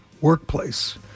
workplace